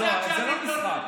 בבקשה, חבר הכנסת מרגי, שאל שאלה.